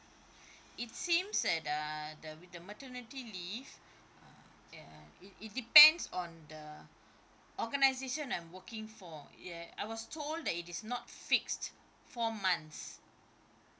it seems that uh the with the maternity leave uh uh it it depends on the organisation I'm working for ya I was told that it is not fixed four months